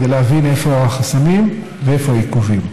כדי להבין איפה החסמים ואיפה העיכובים.